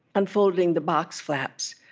unfolding the box flaps.